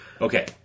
Okay